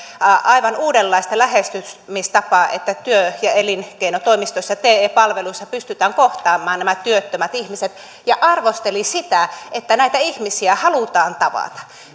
aivan uudenlaista lähestymistapaa niin että työ ja elinkeinotoimistoissa te palveluissa pystytään kohtaamaan nämä työttömät ihmiset ja arvosteli sitä että näitä ihmisiä halutaan tavata